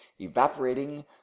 evaporating